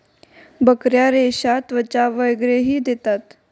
बकऱ्या रेशा, त्वचा वगैरेही देतात